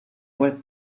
with